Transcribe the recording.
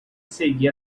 seguir